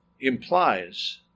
implies